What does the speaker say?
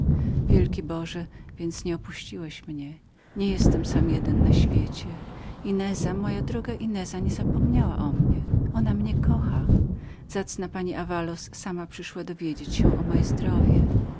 wielki boże więc nieopuściłeś mnie nie jestem przecie sam jeden na świecie ineza moja droga ineza niezapomniała o mnie ona mnie kocha ta zacna pani davaloz sama była aby dowiadywać się o moje zdrowie